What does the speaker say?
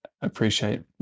appreciate